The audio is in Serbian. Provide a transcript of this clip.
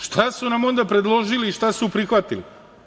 Šta su nam onda predložili i šta su prihvatili?